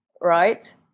right